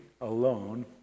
alone